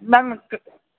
ꯅꯪ